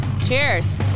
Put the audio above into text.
Cheers